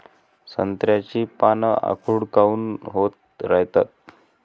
संत्र्याची पान आखूड काऊन होत रायतात?